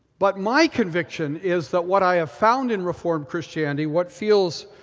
but my conviction is that what i have found in reformed christianity, what feels